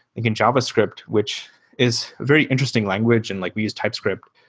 think and javascript, which is very interesting language, and like we use typescript,